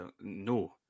No